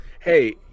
hey